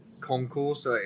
concourse